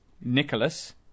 Nicholas